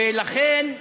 ולכן,